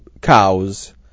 cows